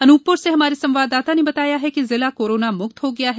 अनूपपुर से हमारे संवाददाता ने बाताया है कि जिला कोरोना मुक्त हो गया है